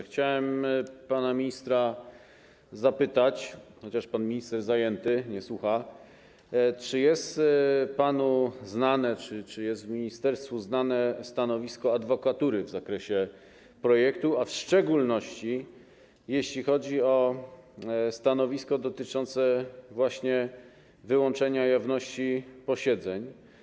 Chciałem pana ministra zapytać, chociaż pan minister zajęty, nie słucha: Czy jest panu znane, czy jest ministerstwu znane stanowisko adwokatury w zakresie projektu, a w szczególności stanowisko dotyczące właśnie wyłączenia jawności posiedzeń?